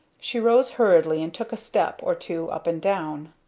she rose hurriedly and took a step or two up and down.